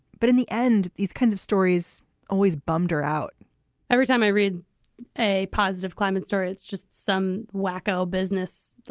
but in the end, these kinds of stories always bummed her out every time i read a positive climate story, it's just some wacko business.